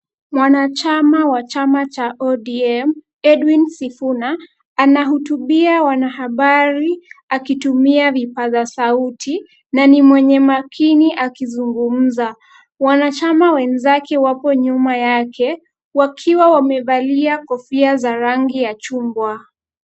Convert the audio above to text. Mwanachama wa chama cha ODM Edwin Sifuna anahutubia wanahabari akitumia vipaza sauti na ni mwenye makini akizungumza. Wanachama wenzake wapo nyuma yake wakiwa wamevalia kofia za rangi ya chungwa.